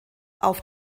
auf